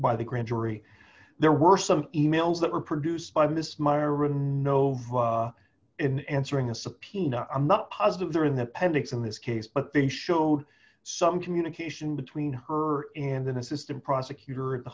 by the grand jury there were some e mails that were produced by miss myron nova in answering a subpoena i'm not positive there in the pentagon in this case but they showed some communication between her and an assistant prosecutor at the